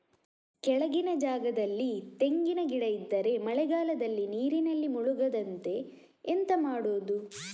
ಕೆಳಗಿನ ಜಾಗದಲ್ಲಿ ತೆಂಗಿನ ಗಿಡ ಇದ್ದರೆ ಮಳೆಗಾಲದಲ್ಲಿ ನೀರಿನಲ್ಲಿ ಮುಳುಗದಂತೆ ಎಂತ ಮಾಡೋದು?